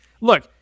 look